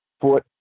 foot